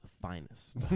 finest